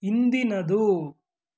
ಇಂದಿನದು